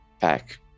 pack